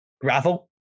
gravel